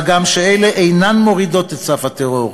מה גם שאלה אינן מורידות את סף הטרור,